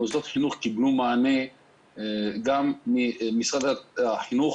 מוסדות חינוך קיבלו מענה גם ממשרד החינוך